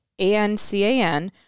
ANCAN